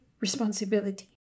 responsibility